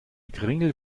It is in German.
kringel